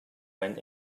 went